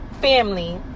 Family